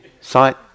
Sight